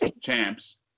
champs